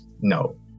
No